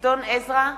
גדעון עזרא,